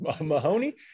Mahoney